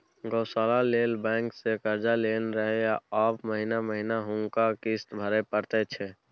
गौशाला लेल बैंकसँ कर्जा लेने रहय आब महिना महिना हुनका किस्त भरय परैत छै